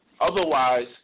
Otherwise